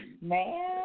man